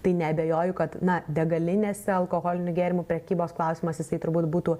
tai neabejoju kad na degalinėse alkoholinių gėrimų prekybos klausimas jisai turbūt būtų